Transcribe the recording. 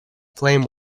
flame